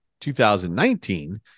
2019